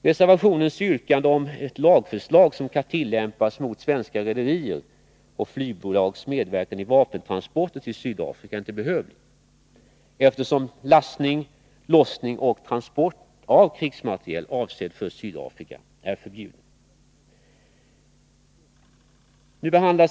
Reservationens yrkande om lagförslag som kan tillämpas mot svenska rederier och flygbolags medverkan i vapentransporter till Sydafrika är inte behövligt, eftersom lastning, lossning och transport av krigsmateriel avsedd för Sydafrika är förbjuden.